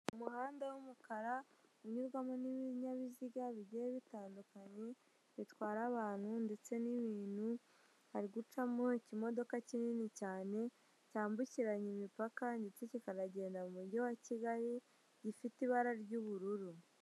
Umuhanda w'umukara unyurwamo n'ibinyabiziga bigiye bitandukanye bitwara abantu ndetse n'ibintu, hari gucamo ikimodoka kinini cyane cyambukiranya imipaka ndetse kikanagenda mu mujyi wa Kigali, gifite ibara ry'ubururu.